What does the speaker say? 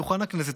בדוכן הכנסת,